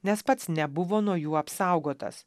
nes pats nebuvo nuo jų apsaugotas